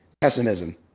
pessimism